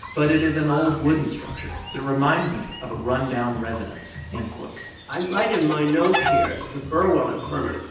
but it is an old wooden structure that reminds me of a rundown residence, end quote i write in my note here, the burwell infirmary,